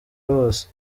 bose